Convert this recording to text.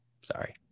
Sorry